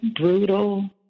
brutal